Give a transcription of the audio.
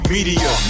Media